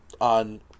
on